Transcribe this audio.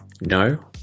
No